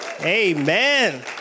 Amen